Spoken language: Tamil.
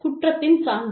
குற்றத்தின் சான்று